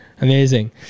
Amazing